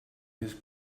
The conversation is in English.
his